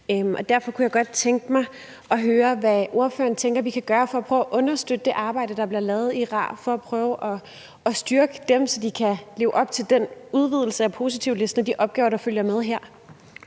Derfor kunne jeg godt tænke mig at høre, hvad ordføreren tænker vi kan gøre for at prøve at understøtte det arbejde, der bliver lavet i RAR, for at prøve at styrke dem, så de kan leve op til den udvidelse af positivlisten og de opgaver, der følger med her.